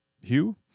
Hugh